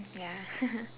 ya